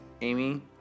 Amy